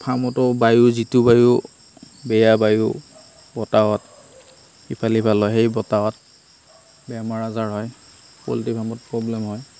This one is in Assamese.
ফাৰ্মতো বায়ু যিটো বায়ু বেয়া বায়ু বতাহত ইফাল সিফাল হয় সেই বতাহত বেমাৰ আজাৰ হয় পলট্ৰি ফাৰ্মত প্ৰব্লেম হয়